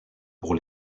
pour